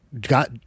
got